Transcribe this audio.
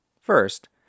First